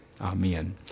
amen